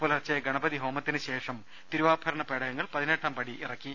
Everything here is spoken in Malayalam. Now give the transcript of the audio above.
പുലർച്ചെ ഗണപതിഹോമത്തിന് ശേഷം തിരുവാഭരണ പേടക ങ്ങൾ പതിനെട്ടാം പടിയിറക്കി